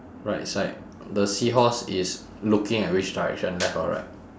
right side the seahorse is looking at which direction left or right